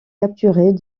capturés